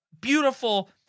beautiful